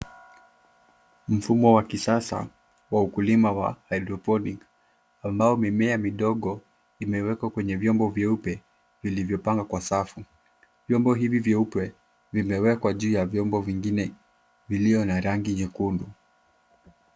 Mfumo wa kisasa wa ukulima wa hydroponic ambao mimea midogo imewekwa kwenye vyombo vyeupe vilivyopangwa kwa safu. Vyombo hivi vyeupe vimewekwa juu ya vyombo vingine viliyo na rangi nyekundu.